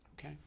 Okay